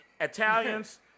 Italians